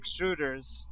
extruders